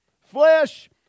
Flesh